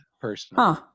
Personally